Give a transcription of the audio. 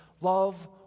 love